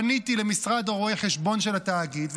פניתי למשרד רואי החשבון של התאגיד,